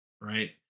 right